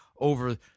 over